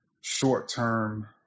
short-term